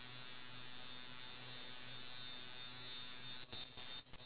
like food water shelter these three things